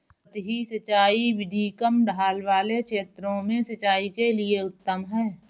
सतही सिंचाई विधि कम ढाल वाले क्षेत्रों में सिंचाई के लिए उत्तम है